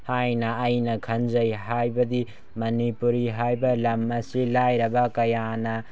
ꯍꯥꯏꯅ ꯑꯩꯅ ꯈꯟꯖꯩ ꯍꯥꯏꯕꯗꯤ ꯃꯅꯤꯄꯨꯔꯤ ꯍꯥꯏꯕ ꯂꯝ ꯑꯁꯤ ꯂꯥꯏꯔꯕ ꯀꯌꯥꯅ